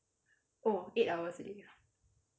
oh eight hours a day ah